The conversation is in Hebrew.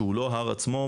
שהוא לא הר עצמו,